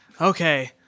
Okay